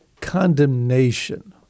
condemnation